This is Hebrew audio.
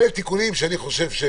אלה תיקונים שנצרכים,